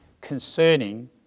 concerning